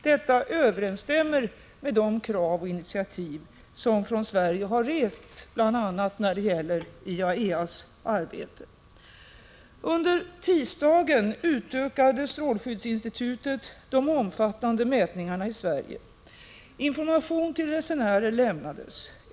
Detta överensstämmer med de krav som rests och de initiativ som tagits från svensk sida bl.a. när det gäller IAEA:s arbete. Under tisdagen utökade strålskyddsinstitutet de omfattande mätningarna i Sverige. Information till resenärer lämnades.